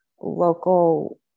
local